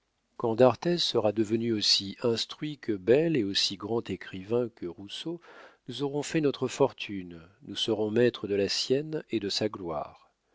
quand d'arthez sera devenu aussi instruit que bayle et aussi grand écrivain que rousseau nous aurons fait notre fortune nous serons maîtres de la sienne et de sa gloire